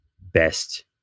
best